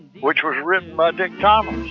which was written by dick thomas.